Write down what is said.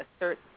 assert